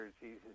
Jesus